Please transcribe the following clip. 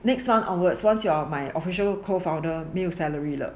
next one onwards once you're my official co-founder 没有 salary 的